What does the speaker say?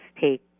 take